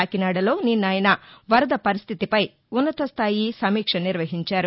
కాకినాడలో నిన్న ఆయన వరద పరిస్థితిపై ఉన్నతస్థాయి సమీక్ష నిర్వహించారు